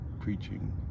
preaching